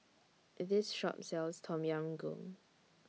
This Shop sells Tom Yam Goong